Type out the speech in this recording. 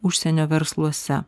užsienio versluose